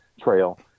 trail